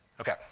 Okay